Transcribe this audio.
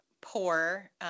poor